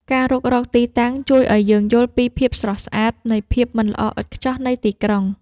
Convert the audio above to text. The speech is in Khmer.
ការរុករកទីតាំងជួយឱ្យយើងយល់ពីភាពស្រស់ស្អាតនៃភាពមិនល្អឥតខ្ចោះនៃទីក្រុង។